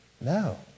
No